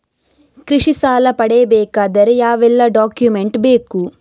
ಕೃಷಿ ಸಾಲ ಪಡೆಯಬೇಕಾದರೆ ಯಾವೆಲ್ಲ ಡಾಕ್ಯುಮೆಂಟ್ ಬೇಕು?